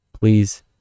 please